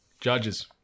judges